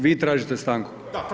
Vi tražite stanku?